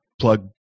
plug